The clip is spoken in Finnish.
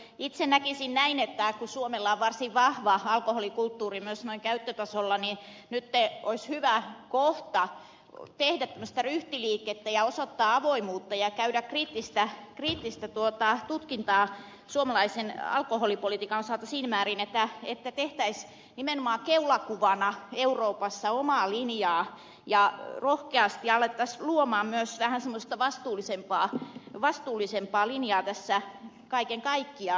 itse näkisin näin että kun suomella on varsin vahva alkoholikulttuuri myös käyttötasolla niin nyt olisi hyvä kohta tehdä tämmöistä ryhtiliikettä ja osoittaa avoimuutta ja käydä kriittistä tutkintaa suomalaisen alkoholipolitiikan osalta siinä määrin että tehtäisiin nimenomaan keulakuvana euroopassa omaa linjaa ja rohkeasti alettaisiin luoda myös vähän semmoista vastuullisempaa linjaa tässä kaiken kaikkiaan